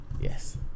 yes